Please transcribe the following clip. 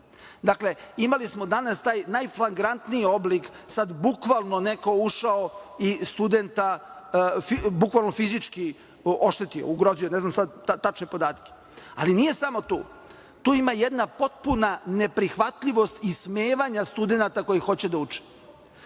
trpe. Dakle, imali smo danas taj najflagrantniji oblik, sad bukvalno neko ušao i studenta bukvalno fizički oštetio, ugrozio, ne znam sad tačne podatke. Ali, nije samo to. Tu ima jedna potpuna neprihvatljivost ismevanja studenata koji hoće da uče.